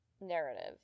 narrative